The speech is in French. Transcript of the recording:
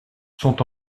sont